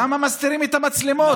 למה מסתירים את המצלמות?